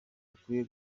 akwiye